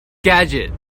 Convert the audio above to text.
gadget